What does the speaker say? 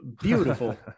beautiful